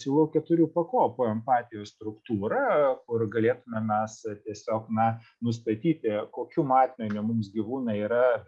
siūlau keturių pakopų empatijos struktūrą kur galėtume mes tiesiog na nustatyti kokiu matmeniu mums gyvūnai yra